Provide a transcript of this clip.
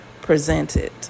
presented